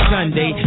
Sunday